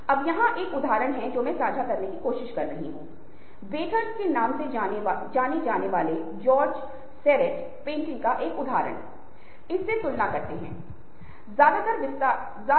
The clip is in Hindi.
अब यह एक ऐसी सुविधा है जिसका उपयोग लोगों की मानसिकता में हेरफेर करने अफवाहें पैदा करने या कुछ चीजों को पसंद करने या नापसंद करने की भावना विकसित करने के लिए नुकसान उठाने के लिए किया जा सकता है